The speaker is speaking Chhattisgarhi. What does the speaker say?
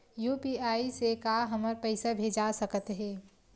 यू.पी.आई से का हमर पईसा भेजा सकत हे?